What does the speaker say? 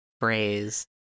phrase